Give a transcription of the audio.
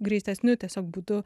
greitesniu tiesiog būdu